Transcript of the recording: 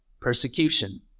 persecution